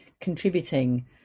contributing